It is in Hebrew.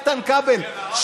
איתן כבל,